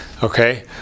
Okay